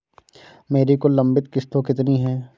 मेरी कुल लंबित किश्तों कितनी हैं?